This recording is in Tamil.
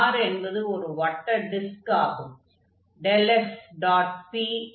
R என்பது ஒரு வட்ட டிஸ்க் ஆகும்